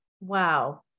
wow